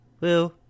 woo